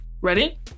Ready